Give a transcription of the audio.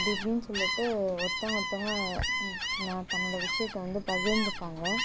அப்படி இப்படினு சொல்லிட்டு ஒருத்தவங்க ஒருத்தவங்க தன்னோட விசயத்தை வந்து பகிர்ந்துப்பாங்கள்